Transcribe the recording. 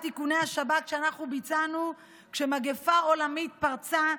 איכוני השב"כ שאנחנו ביצענו כשמגפה עולמית פרצה,